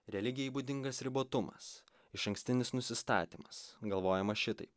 religijai būdingas ribotumas išankstinis nusistatymas galvojama šitai